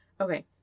Okay